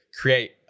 create